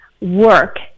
work